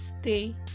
stay